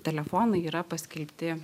telefonai yra paskelbti